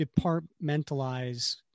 departmentalize